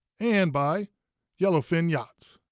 and by yellowfin yachts.